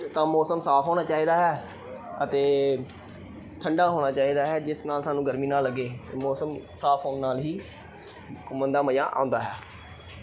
ਤਾਂ ਮੌਸਮ ਸਾਫ਼ ਹੋਣਾ ਚਾਹੀਦਾ ਹੈ ਅਤੇ ਠੰਡਾ ਹੋਣਾ ਚਾਹੀਦਾ ਹੈ ਜਿਸ ਨਾਲ਼ ਸਾਨੂੰ ਗਰਮੀ ਨਾ ਲੱਗੇ ਮੌਸਮ ਸਾਫ਼ ਹੋਣ ਨਾਲ਼ ਹੀ ਘੁੰਮਣ ਦਾ ਮਜ਼ਾ ਆਉਂਦਾ ਹੈ